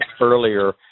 earlier